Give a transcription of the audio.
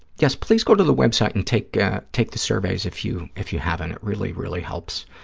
yes, please go to the web site and take ah take the surveys if you if you haven't. it really, really helps.